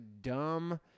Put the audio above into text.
dumb